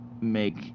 make